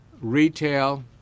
retail